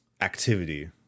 activity